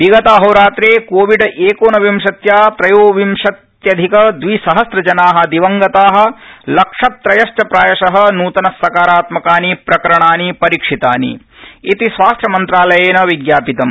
विगत अहोरात्रे कोविड एकोनविंशत्या त्रयोविंशत्यधिक द्विसहस्रजना दिवंगता लक्षत्रयश्च प्रायश नृतन सकारात्मकानि प्रकरणानि परीक्षितानि इति स्वास्थ्यमंत्रालयेन विज्ञापितम्